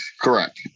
Correct